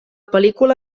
pel·lícula